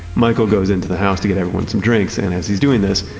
michael goes into the house to get everyone some drinks and as he's doing this,